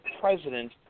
president